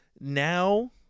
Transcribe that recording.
Now